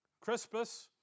Crispus